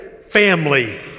family